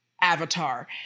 Avatar